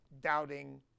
doubting